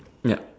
yep